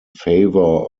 favor